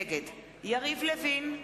נגד יריב לוין,